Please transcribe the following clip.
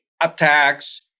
attacks